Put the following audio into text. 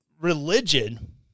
religion